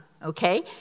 okay